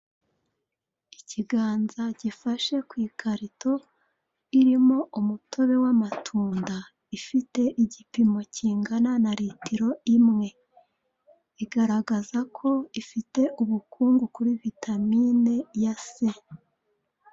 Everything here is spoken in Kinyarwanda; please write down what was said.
Ikiganza gifashe ku ikarito irimo umutobe w'amatunda, ifite igipimo ingana na litiro imwe. Igaragaza ko ifite ubukungu kuri vitamine ya se.